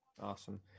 Awesome